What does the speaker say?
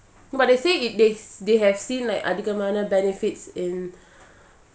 but they say they they they have seen like அதிகமான:adhigamana benefits in